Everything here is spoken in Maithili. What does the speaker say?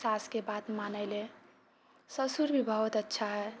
सासके बात मानेलऽ ससुर भी बहुत अच्छा है